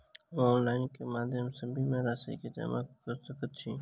हम ऑनलाइन केँ माध्यम सँ बीमा केँ राशि जमा कऽ सकैत छी?